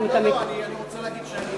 אני רוצה להגיד שאני